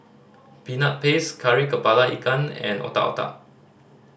Peanut Paste Kari Kepala Ikan and Otak Otak